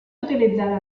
utilitzada